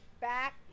back